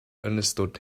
understood